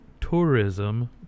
tourism